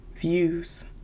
views